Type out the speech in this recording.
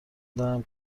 دهم